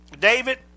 David